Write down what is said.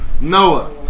Noah